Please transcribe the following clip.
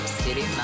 city